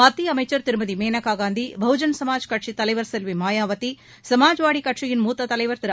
மத்திய அமைச்சர் திருமதி மேனகா காந்தி பகுஜன் சுமாஜ் கட்சித் தலைவர் செல்வி மாயாவதி சுமாஜ்வாதி கட்சியின் மூத்த தலைவர் திரு